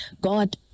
God